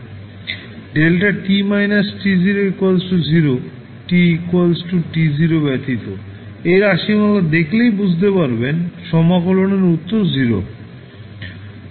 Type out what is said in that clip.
δt − t0 0 t t0 ব্যতীত এই রাশিমালা দেখলেই বুঝতে পারবেন সমাকলনের উত্তর 0